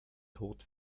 tod